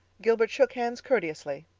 gilbert shook hands courteously.